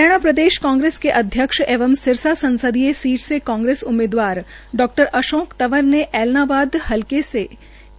हरियाणा प्रदेश कांग्रेस के अध्यक्ष एवं सिरसा संसदीय सीट से कांग्रेस उम्मीदवार डॉ अशोक तंवर ने ऐलनाबाद हल्के के